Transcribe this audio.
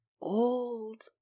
old